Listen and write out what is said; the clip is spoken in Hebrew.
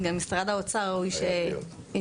אז גם משרד האוצר ראוי שיציג.